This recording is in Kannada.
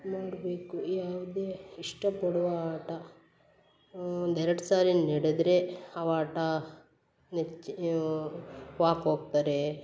ಮಾಡಬೇಕು ಯಾವುದೇ ಇಷ್ಟಪಡುವ ಆಟ ಒಂದು ಎರಡು ಸಾರಿ ನಡೆದ್ರೆ ಅವ್ ಆಟ ನೆಚ್ ವಾಕ್ ಹೋಗ್ತಾರೆ